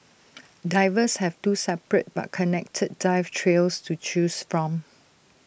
divers have two separate but connected dive trails to choose from